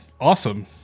Awesome